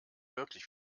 wirklich